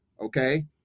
Okay